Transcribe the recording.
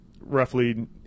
roughly